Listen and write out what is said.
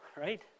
right